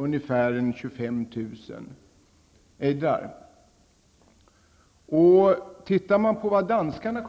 Ungefär 25 000 ejdrar skjuts av. Danskarna